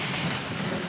לא רחוק משם.